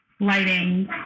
lighting